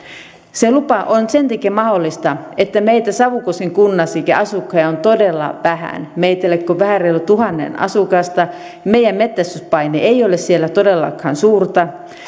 se lupa on sen takia mahdollista että savukosken kunnassa meitä asukkaita on todella vähän meitä ei ole kuin vähän reilu tuhannen asukasta meidän metsästyspaineemme ei ole siellä todellakaan suurta